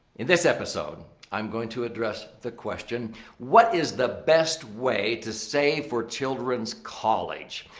in this episode, i'm going to address the question what is the best way to save for children's college?